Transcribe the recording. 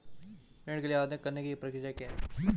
ऋण के लिए आवेदन करने की प्रक्रिया क्या है?